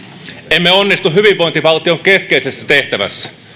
emme onnistu hyvinvointivaltion keskeisessä tehtävässä